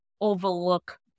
overlook